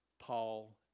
Paul